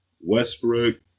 Westbrook